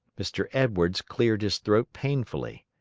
mr. edwards cleared his throat painfully.